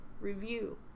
review